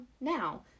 now